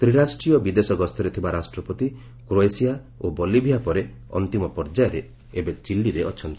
ତ୍ରିରାଷ୍ଟ୍ରୀୟ ବିଦେଶ ଗସ୍ତରେ ଥିବା ରାଷ୍ଟ୍ରପତି କ୍ରୋଏସିଆ ଓ ବଲିଭିଆ ପରେ ଅନ୍ତିମ ପର୍ଯ୍ୟାୟରେ ଏବେ ଚିଲିରେ ଅଛନ୍ତି